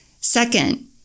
Second